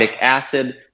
acid